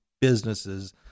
businesses